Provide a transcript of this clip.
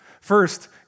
First